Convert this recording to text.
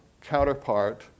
counterpart